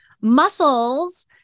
muscles